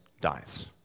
dies